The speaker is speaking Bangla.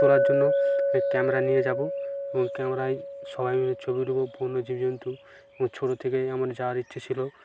তোলার জন্য ওই ক্যামেরা নিয়ে যাবো ও ক্যামেরায় সবাই মিলে ছবি দেব বন্য জীব জন্তু ছোট থেকেই আমার যাওয়ার ইচ্ছে ছিল